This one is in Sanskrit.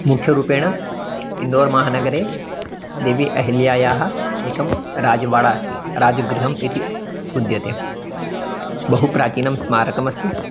मुख्यरूपेण इन्दोर् महानगरे देवी अहिल्यायाः एकं राजवाडा अस्ति राजगृहम् इति उच्यते बहु प्राचीनं स्मारकमस्ति